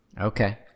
Okay